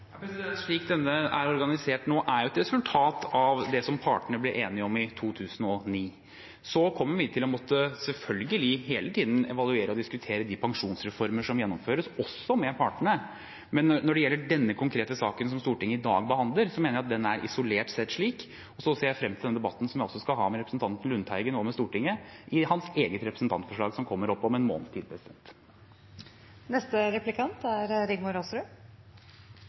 Slik denne er organisert nå, er det et resultat av det partene ble enige om i 2009. Så kommer vi selvfølgelig hele tiden til å måtte evaluere og diskutere de pensjonsreformene som gjennomføres, også med partene. Men når det gjelder denne konkrete saken som Stortinget i dag behandler, mener jeg den isolert sett er slik. Så ser jeg frem til den debatten jeg skal ha med representanten Lundteigen og Stortinget om hans eget representantforslag, som kommer opp om en måned. Jeg skal holde meg til det som er